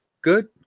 good